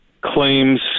claims